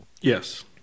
Yes